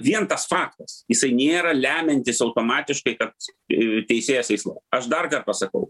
vien tas faktas jisai nėra lemiantis automatiškai kad teisėjas eis lauk aš dar kart pasakau